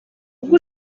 ubwo